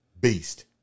beast